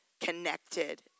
connected